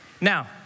Now